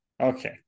Okay